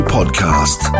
Podcast